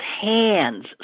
hands